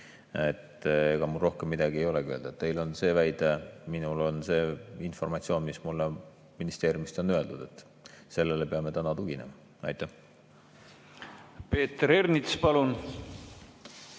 Ega mul rohkem midagi ei olegi öelda. Teil on see väide, minul on see informatsioon, mis mulle ministeeriumist on öeldud. Sellele peame täna tuginema. Aitäh! Ma saan